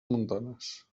montanes